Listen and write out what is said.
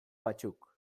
batzuk